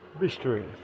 mystery